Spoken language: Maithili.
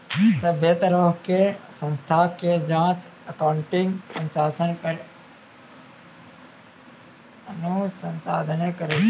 सभ्भे तरहो के संस्था के जांच अकाउन्टिंग अनुसंधाने करै छै